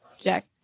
Jack